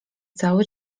cały